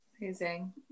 amazing